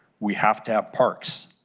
we have to have parks.